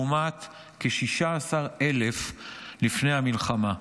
לעומת כ-16,000 לפני המלחמה.